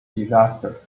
disaster